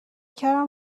کردم